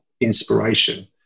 inspiration